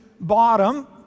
Bottom